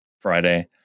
Friday